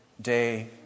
day